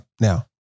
Now